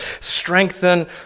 strengthen